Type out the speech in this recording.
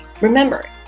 Remember